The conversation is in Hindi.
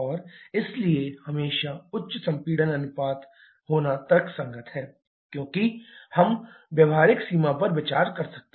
और इसलिए हमेशा उच्च संपीड़न अनुपात होना तर्कसंगत है क्योंकि हम व्यावहारिक सीमा पर विचार कर सकते हैं